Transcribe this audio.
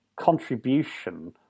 contribution